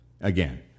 again